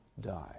die